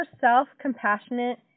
self-compassionate